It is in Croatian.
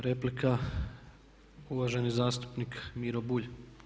Replika, uvaženi zastupnik Miro Bulj.